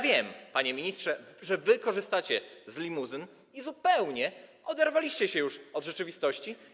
Wiem, panie ministrze, że korzystacie z limuzyn i zupełnie oderwaliście się od rzeczywistości.